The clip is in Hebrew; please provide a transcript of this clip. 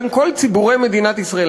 בין כל ציבורי מדינת ישראל.